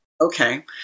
Okay